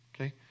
okay